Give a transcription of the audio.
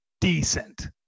decent